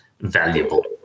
valuable